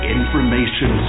Information